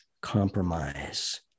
Compromise